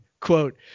Quote